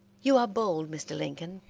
you are bold, mr. lincoln.